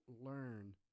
learn